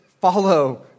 follow